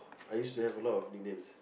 I used to have a lot of nicknames